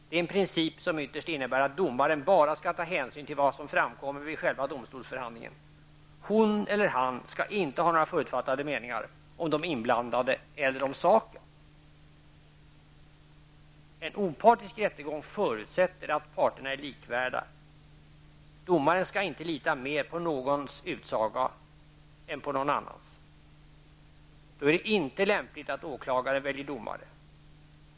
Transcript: Det är en princip som ytterst innebär att domaren skall ta hänsyn bara till det som framkommer vid själva domstolsförhandlingen. Han eller hon skall inte ha några förutfattade meningar om de inblandade eller om saken. En opartisk rättegång förutsätter att parterna är likvärdiga. Domaren skall inte lita mer på någons utsaga än på någon annans. Då är det inte lämpligt att åklagare väljer domare.